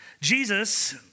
Jesus